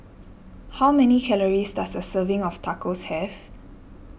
how many calories does a serving of Tacos have